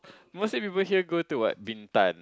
most people here go to what Bintan